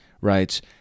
writes